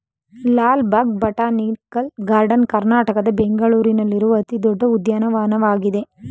Lal Bagh botanical garden ಕರ್ನಾಟಕದ ಬೆಂಗಳೂರಿನಲ್ಲಿರುವ ಅತಿ ದೊಡ್ಡ ಉದ್ಯಾನವನವಾಗಿದೆ